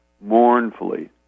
mournfully